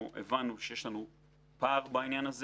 הבנו שיש לנו פער בעניין הזה